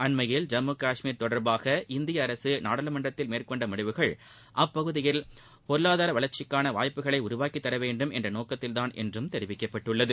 அண்மையில் ஐம்மு கஷ்மீர் தொடர்பாக இந்திய அரசு நாடாளுமன்றத்தில் மேற்கொண்ட முடிவுகள் அப்பகுதியில் பொருளாதார வளர்ச்சிக்கான வாய்ப்புகளை உருவாக்கி தரவேண்டும் என்ற நோக்கத்தில்தான் என்றும் தெரிவிக்கப்பட்டுள்ளது